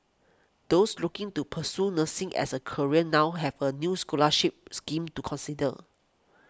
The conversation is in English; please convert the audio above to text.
those looking to pursue nursing as a career now have a new scholarship scheme to consider